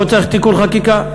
פה צריך תיקון חקיקה.